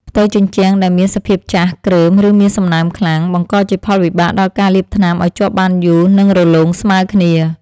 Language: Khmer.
ផ្ទៃជញ្ជាំងដែលមានសភាពចាស់ គ្រើម ឬមានសំណើមខ្លាំង បង្កជាផលវិបាកដល់ការលាបថ្នាំឱ្យជាប់បានយូរ និងរលោងស្មើគ្នា។